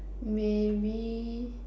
maybe